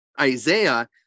Isaiah